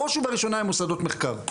בראש ובראשונה הן מוסדות מחקר,